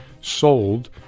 sold